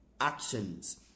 actions